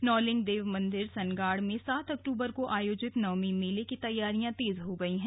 नौलिंग देव मंदिर सनगाड़ में सात अक्टूबर को आयोजित नवमी मेले की तैयारियां तेज हो गई हैं